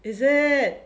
is it